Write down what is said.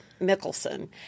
Mickelson